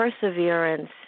perseverance